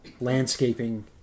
landscaping